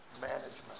management